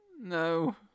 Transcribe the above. No